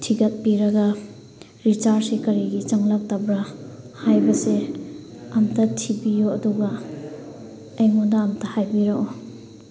ꯊꯤꯒꯠꯄꯤꯔꯒ ꯔꯤꯆꯥꯔꯖꯁꯤ ꯀꯔꯤꯒꯤ ꯆꯪꯂꯛꯇꯕ꯭ꯔꯥ ꯍꯥꯏꯕꯁꯦ ꯑꯝꯇ ꯊꯤꯕꯤꯌꯣ ꯑꯗꯨꯒ ꯑꯩꯉꯣꯟꯗ ꯑꯝꯇ ꯍꯥꯏꯕꯤꯔꯛꯑꯣ